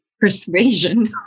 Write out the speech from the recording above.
persuasion